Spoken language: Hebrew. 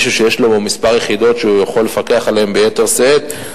מישהו שיש לו כמה יחידות שהוא יכול לפקח עליהן ביתר שאת,